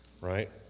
Right